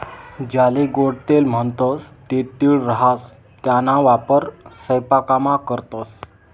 ज्याले गोडं तेल म्हणतंस ते तीळ राहास त्याना वापर सयपाकामा करतंस